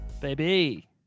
Baby